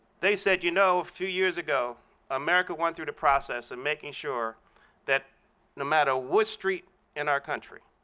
they said, you know, a few years ago america went through the process of making sure that no matter what street in our country,